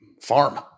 farm